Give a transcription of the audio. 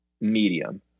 medium